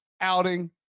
outing